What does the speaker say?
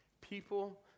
People